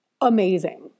amazing